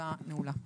הישיבה נעולה.